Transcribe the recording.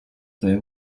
there